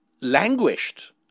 languished